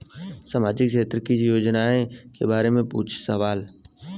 सामाजिक क्षेत्र की योजनाए के बारे में पूछ सवाल?